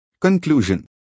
Conclusion